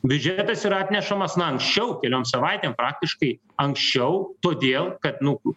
biudžetas yra atnešamas na anksčiau keliom savaitėm praktiškai anksčiau todėl kad nu